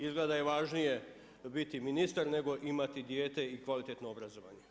Izgleda da je važnije biti ministar nego imati dijete i kvalitetno obrazovanje.